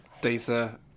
data